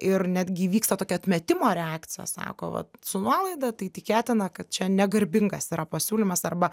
ir netgi įvyksta tokia atmetimo reakcija sako vat su nuolaida tai tikėtina kad čia negarbingas yra pasiūlymas arba